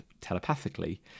telepathically